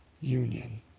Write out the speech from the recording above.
union